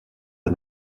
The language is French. est